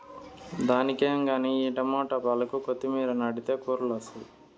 దానికేం గానీ ఈ టమోట, పాలాకు, కొత్తిమీర నాటితే కూరలొస్తాయి